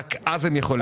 רק אז הם יכולים.